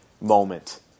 moment